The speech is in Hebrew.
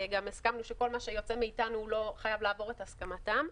הסכמנו שכל מה שיוצא מאתנו חייב לעבור את הסכמתם.